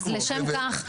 אז לשם כך,